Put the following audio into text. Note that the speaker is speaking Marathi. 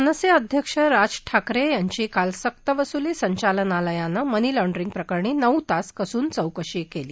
मनसे अध्यक्ष राज ठाकरे यांची काल सक्तवसुली संचालनालयानं मनी लॉण्डरिंग प्रकरणी नऊ तास कसून चौकशी केली